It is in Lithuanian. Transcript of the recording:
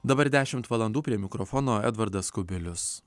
dabar dešimt valandų prie mikrofono edvardas kubilius